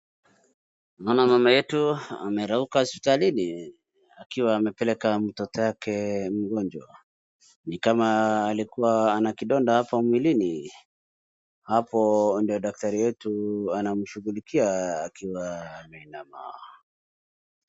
Naona mama yetu amerauka hospitalini, akiwa amepeleka mtoto yake mgonjwa, nikama alikuwa ana kidonda hapo mwilini, hapo ndio daktari wetu anamshugulikia akiwa ameinama.